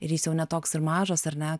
ir jis jau ne toks ir mažas ar ne